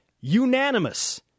unanimous